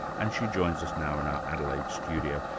and she joins us now in our adelaide studio.